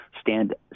stand